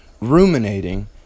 ruminating